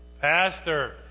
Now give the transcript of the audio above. pastor